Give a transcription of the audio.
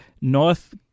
North